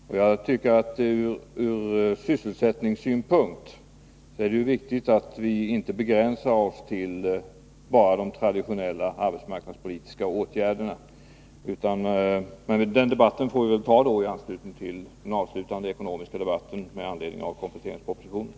Från sysselsättningssynpunkt är det viktigt att vi inte begränsar oss till de traditionella arbetsmarknadspolitiska åtgärderna, men den debatten får vi väl föra i anslutning till den avslutande ekonomiska debatten med anledning av kompletteringspropositionen.